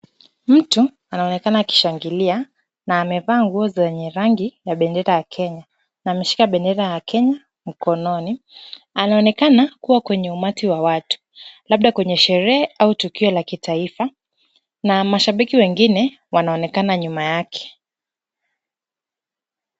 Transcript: Mtu anaonekana akishangilia, na amevaa nguo zenye rangi ya bendera ya Kenya na ameshika bendera ya Kenya mkononi. Anaonekana kuwa kwenye umati wa watu, labda kwenye sherehe au tukio la kitaifa na mashabiki wengine wanaonekana nyuma yake.